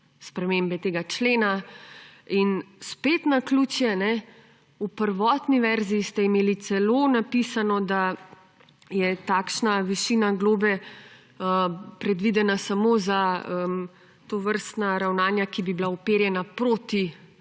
spremembe tega člena in, spet naključje, v prvotni verziji ste imeli celo napisano, da je takšna višina globe predvidena samo za tovrstna ravnanja, ki bi bila uperjena proti